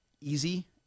easy